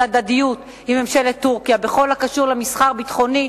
הדדיות עם ממשלת טורקיה בכל הקשור למסחר ביטחוני,